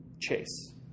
Chase